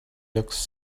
looks